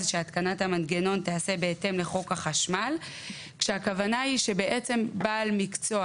שהתקנת המנגנון תיעשה בהתאם לחוק החשמל כשהכוונה היא שבעל מקצוע